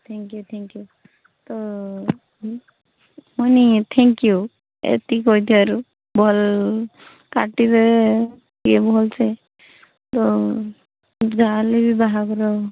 thank you thank you ତ ମାନେ thank you ଏତିକି କହିଥିବାରୁ ଭଲ କାଟିଦେବେ ଭଲ୍ ସେ ତ ଯାହା ହେଲେ ବି ବାହାଘର